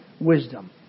wisdom